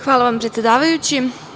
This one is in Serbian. Hvala vam, predsedavajući.